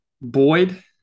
Boyd